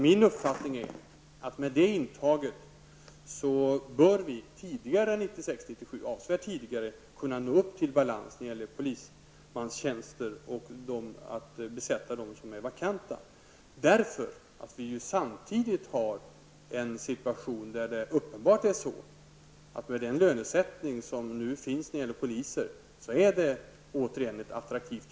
Min uppfattning är att med det intaget bör vi avsevärt tidigare än 1996 eller 1997 kunna nå upp till balans när det gäller polismannatjänster och besätta de vakanta tjänsterna. I och med den rådande lönesättningen för poliser har polisyrket återigen blivit attraktivt.